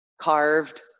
carved